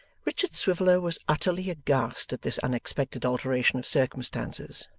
richard swiveller was utterly aghast at this unexpected alteration of circumstances,